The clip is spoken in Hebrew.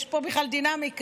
יש פה בכלל דינמיקה,